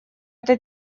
эта